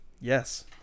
Yes